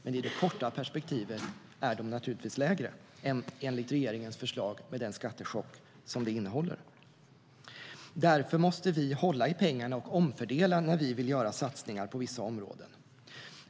Men i de korta perspektiven är de naturligtvis lägre än enligt regeringens förslag, med den skattechock som det innehåller. Därför måste vi hålla i pengarna och omfördela när vi vill göra satsningar på vissa områden.